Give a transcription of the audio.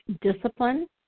discipline